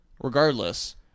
regardless